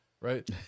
right